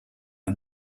are